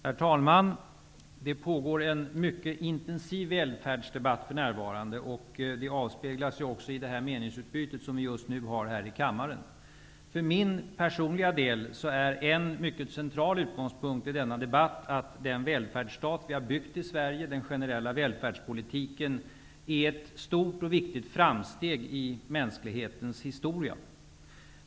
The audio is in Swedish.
Herr talman! Det pågår en mycket intensiv väl färdsdebatt för närvarande. Det avspeglas också i det meningsutbyte vi har just nu här i kammaren. För min personliga del är en mycket central ut gångspunkt i denna debatt att den välfärdsstat vi har byggt i Sverige och den generella välfärdspoli tiken är ett stort och viktigt framsteg i mänsklig hetens historia.